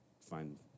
find